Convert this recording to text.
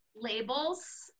labels